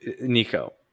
Nico